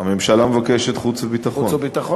הממשלה מבקשת ועדת חוץ וביטחון.